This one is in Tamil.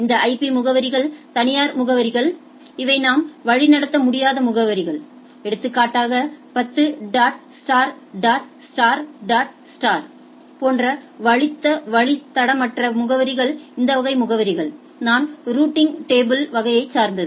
இந்த ஐபி முகவரிகள் தனியார் முகவரிகள் இவை நாம் வழிநடத்த முடியாத முகவரிகள் எடுத்துக்காட்டாக 10 dot star dot star dot star போன்ற வழித்தடமற்ற முகவரிகள் இந்த வகை முகவரிகள் நான் ரூட்டபில்வகையை சார்ந்தது